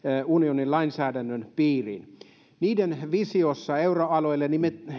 unionin lainsäädännön piiriin niiden visiossa euroalueelle